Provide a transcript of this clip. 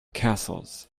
castles